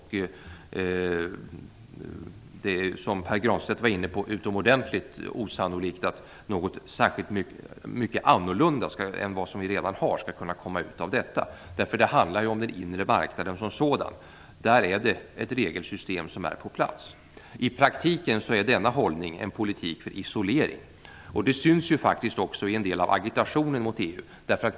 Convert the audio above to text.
Det är, som Pär Granstedt sade, utomordentligt osannolikt att något särskilt mycket annorlunda än vad vi redan har skulle kunna komma ut av detta. Det handlar ju om den inre marknaden som sådan, och där finns ett regelsystem på plats. I praktiken är denna hållning en politik för isolering. Det syns faktiskt också i en del av agitationen mot EU.